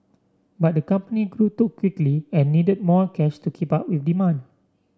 but the company grew too quickly and needed more cash to keep up with demand